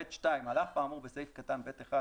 (ב2)על אף האמור בסעיף קטן (ב1),